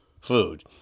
food